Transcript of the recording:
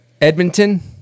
Edmonton